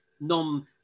non